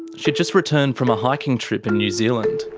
she'd just returned from a hiking trip in new zealand.